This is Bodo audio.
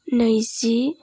नैजि